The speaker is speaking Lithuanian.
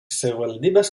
savivaldybės